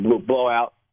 Blowout